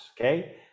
okay